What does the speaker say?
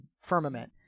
firmament